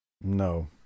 No